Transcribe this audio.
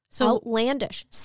Outlandish